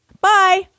Bye